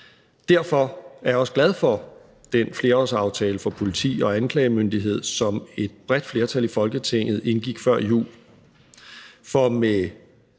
Derfor er jeg også glad for den flerårsaftale for politi og anklagemyndighed, som et bredt flertal i Folketinget indgik før jul.